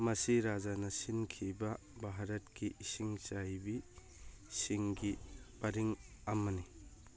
ꯃꯁꯤ ꯔꯥꯖ꯭ꯌꯅ ꯁꯤꯟꯈꯤꯕ ꯚꯥꯔꯠꯀꯤ ꯏꯁꯤꯡ ꯆꯥꯏꯕꯤꯁꯤꯡꯒꯤ ꯄꯔꯤꯡ ꯑꯃꯅꯤ